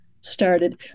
started